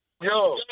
Yo